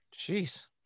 Jeez